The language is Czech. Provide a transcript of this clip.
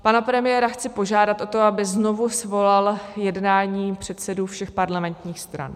Pana premiéra chci požádat o to, aby znovu svolal jednání předsedů všech parlamentních stran.